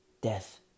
Death